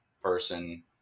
person